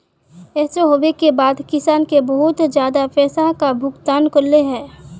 ऐसे होबे के बाद किसान के बहुत ज्यादा पैसा का भुगतान करले है?